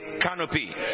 canopy